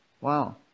wow